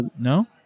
No